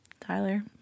Tyler